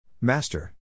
Master